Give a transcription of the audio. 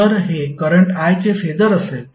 तर हे current I चे फेसर असेल